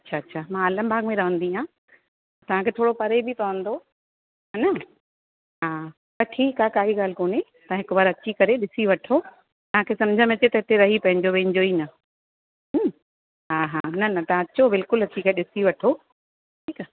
अछा अछा मां आलमबाग़ में रहंदी आहियां तव्हांखे थोरो परे बि पवंदो हेन हा त ठीकु आहे काई ॻाल्हि कोन्हे तव्हां हिकु बार अची करे ॾिसी वठो तव्हांखे सम्झ में अचे त हिते रही पइजो वञिजो ई न हूं हा हा न न तव्हां अचो बिल्कुलु अची करे ॾिसी वठो ठीकु आहे